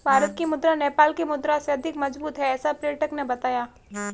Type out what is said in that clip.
भारत की मुद्रा नेपाल के मुद्रा से अधिक मजबूत है ऐसा पर्यटक ने बताया